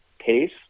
pace